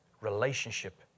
relationship